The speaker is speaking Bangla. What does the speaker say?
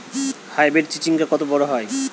হাইব্রিড চিচিংঙ্গা কত বড় হয়?